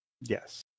Yes